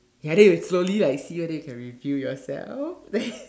ya then you slowly like see her then you can reveal yourself then